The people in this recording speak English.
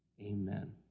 Amen